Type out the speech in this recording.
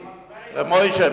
מוישה,